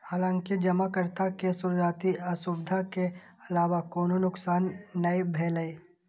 हालांकि जमाकर्ता के शुरुआती असुविधा के अलावा कोनो नुकसान नै भेलै